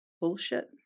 bullshit